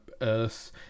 earth